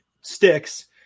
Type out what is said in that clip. sticks